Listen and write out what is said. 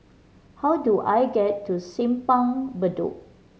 how do I get to Simpang Bedok